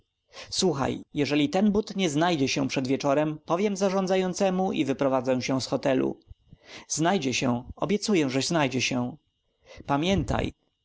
słuchaj jeżeli ten but nie znajdzie się przed wieczorem powiem zarządzającemu i wyprowadzę się z hotelu znajdzie się obiecuję że znajdzie się pamiętaj